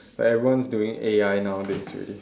everyone is doing A_I nowadays already